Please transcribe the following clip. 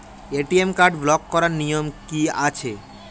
ATM card block করার নিয়ম কি আছে?